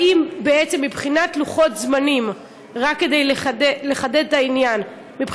רק כדי לחדד את העניין,